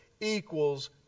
equals